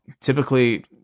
typically